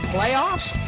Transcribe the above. Playoffs